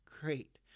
Great